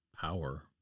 power